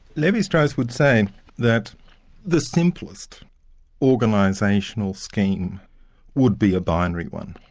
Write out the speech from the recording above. levi-strauss would say that the simplest organisational scheme would be a binary one,